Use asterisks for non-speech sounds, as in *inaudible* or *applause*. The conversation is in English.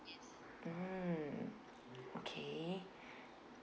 mm okay *breath*